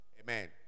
Amen